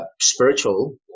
spiritual